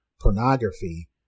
pornography